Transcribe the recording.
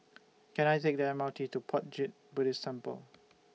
Can I Take The M R T to Puat Jit Buddhist Temple